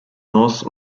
north